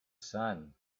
sun